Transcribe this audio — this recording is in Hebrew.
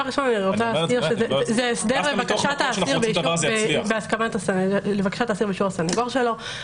הסדר לבקשת האסיר ובאישור הסנגור שלו.